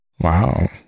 wow